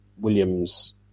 Williams